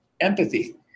Empathy